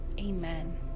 Amen